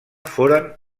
foren